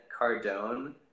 Cardone